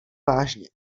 vážně